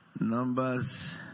Numbers